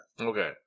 Okay